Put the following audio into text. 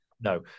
no